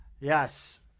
Yes